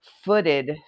footed